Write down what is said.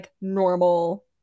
normal